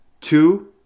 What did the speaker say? Two